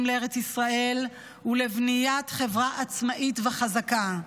לארץ ישראל ולבניית חברה עצמאית וחזקה.